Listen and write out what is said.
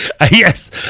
Yes